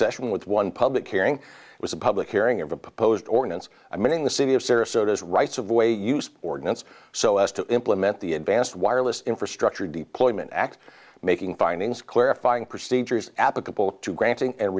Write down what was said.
session with one public hearing it was a public hearing of a proposed ordinance i mean in the city of sarasota as rights of way use ordinance so as to implement the advanced wireless infrastructure deployment act making findings clarifying procedures applicable to granting